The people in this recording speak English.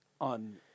on